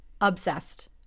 obsessed